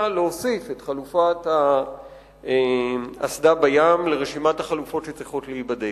להוסיף את חלופת האסדה בים לרשימת החלופות שצריכות להיבדק.